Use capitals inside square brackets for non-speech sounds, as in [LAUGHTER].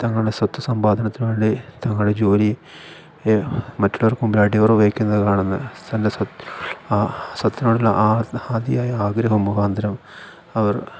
തങ്ങളുടെ സ്വത്തുസമ്പാദനത്തിന് വേണ്ടി തങ്ങളുടെ ജോലി മറ്റുള്ളവർക്ക് മുന്നില് അടിയറവ് വെയ്ക്കുന്നതായി കാണുന്നു [UNINTELLIGIBLE] ആ സ്വത്തിനോടുള്ള ആ അതിയായ ആഗ്രഹം മുഖാന്തരം അവർ